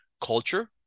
culture